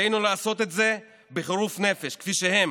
עלינו לעשות את זה בחירוף נפש כפי שהם,